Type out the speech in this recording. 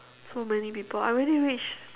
so many people I already reached